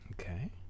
okay